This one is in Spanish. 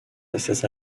veces